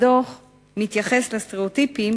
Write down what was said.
הדוח מתייחס לסטריאוטיפים